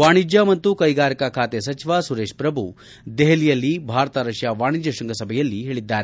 ವಾಣಿಜ್ಯ ಮತ್ತು ಕೈಗಾರಿಕಾ ಖಾತೆ ಸಚಿವ ಸುರೇಶ್ ಪ್ರಭು ದೆಹಲಿಯಲ್ಲಿ ಭಾರತ ರಷ್ಯಾ ವಾಣಿಜ್ಯ ಶೃಂಗ ಸಭೆಯಲ್ಲಿ ಹೇಳಿದ್ದಾರೆ